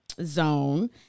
zone